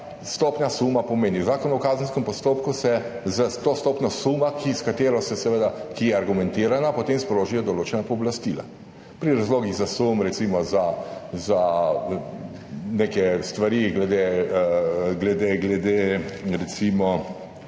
stopnja suma pomeni? Zakon o kazenskem postopku s to stopnjo suma, ki je seveda argumentirana, potem sproži določena pooblastila. Pri razlogih za sum recimo za neke stvariglede pridobivanja